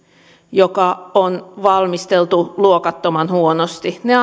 joka on valmisteltu luokattoman huonosti ne